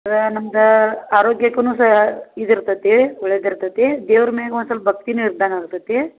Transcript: ನಮ್ಗಾ ಆರೋಗ್ಯಕ್ಕುನು ಸ ಇದು ಇರ್ತತಿ ಒಳ್ಳೆಯದಿರ್ತತಿ ದೇವ್ರು ಮೇಗ್ ಒನ್ ಸೊಲ್ಪ ಭಕ್ತಿನು ಇದ್ದಂಗೆ ಆಗ್ತೈತಿ